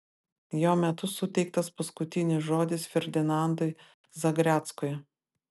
jo metu suteiktas paskutinis žodis ferdinandui zagreckui